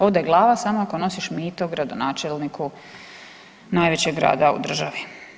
Ode glava, samo ako nosim mito gradonačelniku najvećeg grada u državi.